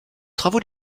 travaux